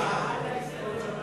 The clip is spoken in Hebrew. קבוצת סיעת ש"ס,